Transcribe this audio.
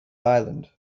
island